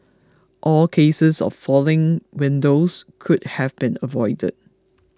all cases of falling windows could have been avoided